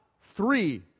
three